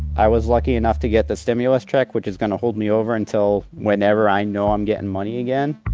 i was lucky enough to get the stimulus check, which is gonna hold me over until whenever i know i'm gettin' money again.